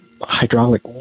hydraulic